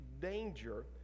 danger